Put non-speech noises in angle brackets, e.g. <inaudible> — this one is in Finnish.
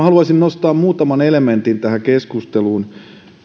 <unintelligible> haluaisin nostaa muutaman elementin tähän keskusteluun